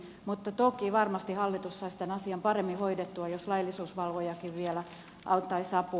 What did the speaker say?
mutta toki varmasti hallitus saisi tämän asian paremmin hoidettua jos laillisuusvalvojakin vielä antaisi apua